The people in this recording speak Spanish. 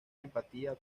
empatía